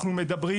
אנחנו מדברים